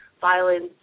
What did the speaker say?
violence